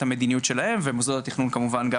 המדיניות שלהם ומוסדות התכנון כמובן גם,